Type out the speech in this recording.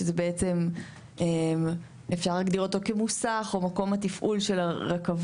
שזה בעצם אפשר להגדיר אותו כמוסך או מקום התפעול של הרכבות,